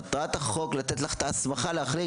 מטרת החוק היא לתת לך את ההסמכה להחליט